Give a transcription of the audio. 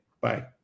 Bye